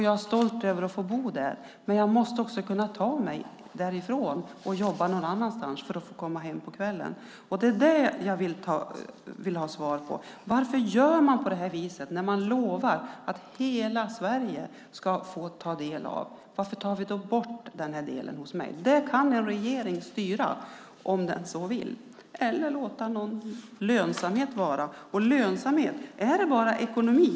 Jag är stolt över att få bo där uppe. Men jag måste också kunna ta mig därifrån för att jobba någon annanstans, med möjlighet att komma hem på kvällen. Det jag vill ha ett svar på är varför man gör som man gör när man lovar att hela Sverige ska få ta del av sådana här möjligheter. Varför tas då detta bort uppe hos mig? Det där kan en regering styra om den så vill eller låta detta med lönsamhet vara. Beträffande lönsamheten undrar jag: Är lönsamhet bara ekonomi?